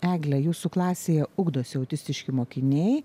egle jūsų klasėje ugdosi autistiški mokiniai